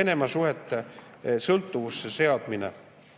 Venemaa-suhete sõltuvusse seadmine